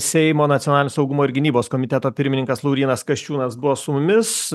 seimo nacionalinio saugumo ir gynybos komiteto pirmininkas laurynas kasčiūnas buvo su mumis